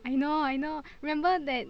I know I know remember that